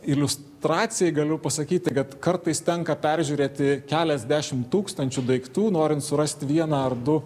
iliustracijai galiu pasakyti kad kartais tenka peržiūrėti keliasdešim tūkstančių daiktų norint surasti vieną ar du